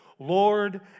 Lord